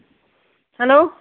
hello